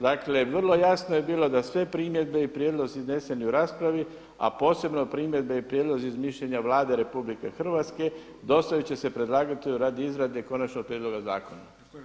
Dakle vrlo jasno je bilo da sve primjedbe i prijedlozi izneseni u raspravi, a posebno primjedbe i prijedlozi iz mišljenja Vlade RH dostavit će se predlagatelju radi izrade konačnog prijedloga zakona.